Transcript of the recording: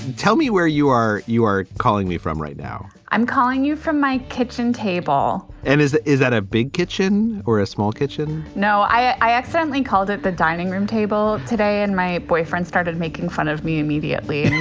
tell me where you are. you are calling me from right now i'm calling you from my kitchen table and is is that a big kitchen or a small kitchen? no. i accidentally called it the dining room table today. and my boyfriend started making fun of me immediately,